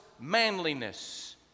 manliness